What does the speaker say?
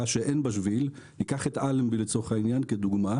שאין בה שביל ניקח את אלנבי לצורך העניין כדוגמה